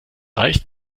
reicht